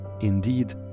Indeed